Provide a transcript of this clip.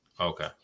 Okay